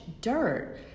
dirt